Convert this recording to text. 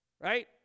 Right